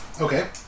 Okay